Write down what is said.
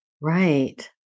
Right